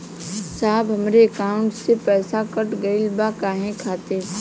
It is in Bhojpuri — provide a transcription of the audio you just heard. साहब हमरे एकाउंट से पैसाकट गईल बा काहे खातिर?